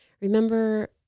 Remember